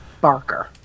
barker